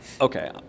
Okay